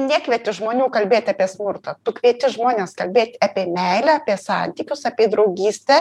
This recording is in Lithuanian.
nekvieti žmonių kalbėt apie smurtą tu kvieti žmones kalbėt apie meilę apie santykius apie draugystę